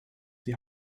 sie